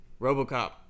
Robocop